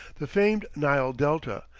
the famed nile delta,